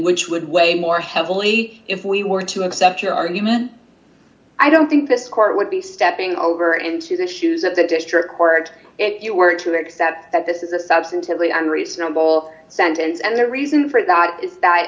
which would weigh more heavily if we were to accept your argument i don't think this court would be stepping over into the issues at the district court if you were to accept that this is a substantively unreasonable sentence and the reason for that is that